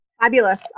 fabulous